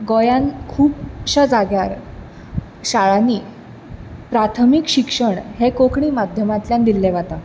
गोंयांत खुबश्या जाग्यार शाळांनीं प्राथमीक शिक्षण हें कोंकणी माध्यमांतल्यान दिल्लें वता